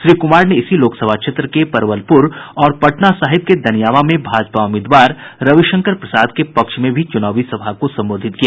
श्री कुमार ने इसी लोकसभा क्षेत्र के परवलपुर और पटना साहिब के दनियावां में भाजपा उम्मीदवार रविशंकर प्रसाद के पक्ष में भी चुनावी सभा को संबोधित किया